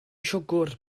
siwgr